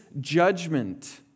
judgment